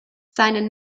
seinen